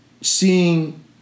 seeing